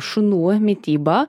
šunų mitybą